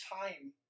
time